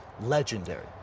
legendary